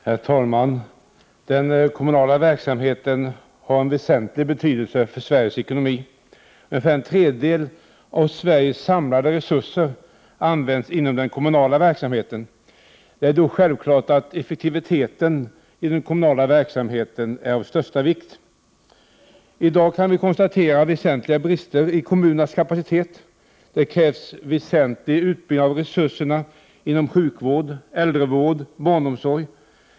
Herr talman! Den kommunala verksamheten har en väsentlig betydelse för Sveriges ekonomi. Ungefär en tredjedel av Sveriges samlade resurser används i den kommunala verksamheten. Det är då självklart att effektiviteten i den kommunala verksamheten är av största vikt. I dag kan vi konstatera väsentliga brister i kommunernas kapacitet. Det krävs en väsentlig utbyggnad av resurserna inom sjukvård, äldrevård och barnomsorg.